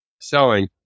selling